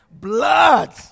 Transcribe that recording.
blood